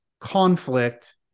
conflict